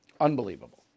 Unbelievable